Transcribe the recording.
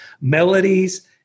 melodies